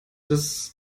das